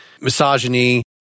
misogyny